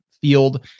field